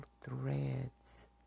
threads